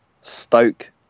Stoke